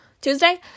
tuesday